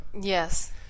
Yes